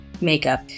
makeup